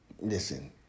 Listen